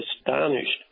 astonished